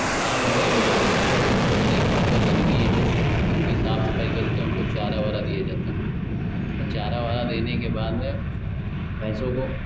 और शाम होने के बाद में फिर भैँसों को देखता है अगर गन्दगी है तो उनकी साफ़ सफ़ाई करके उनको चारा वारा दिया जाता है और चारा वारा देने के बाद में भैँसों को फिर